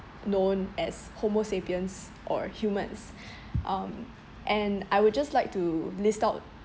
known as homosapiens or humans um and I would just like to list out